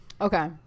Okay